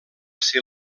ser